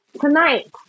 tonight